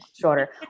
shorter